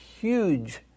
huge